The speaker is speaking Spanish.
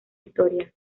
historia